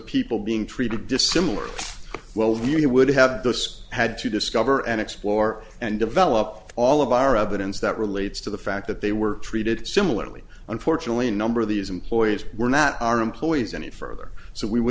people being treated dissimilar well you would have those had to discover and explore and develop all of our evidence that relates to the fact that they were treated similarly unfortunately a number of these employees were not our employees any further so we would